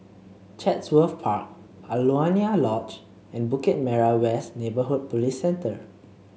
Chatsworth Park Alaunia Lodge and Bukit Merah West Neighbourhood Police Centre